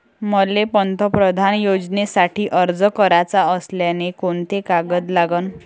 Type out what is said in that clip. मले पंतप्रधान योजनेसाठी अर्ज कराचा असल्याने कोंते कागद लागन?